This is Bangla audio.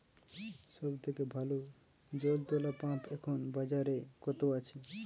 সব থেকে ভালো জল তোলা পাম্প এখন বাজারে কত আছে?